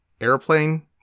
airplane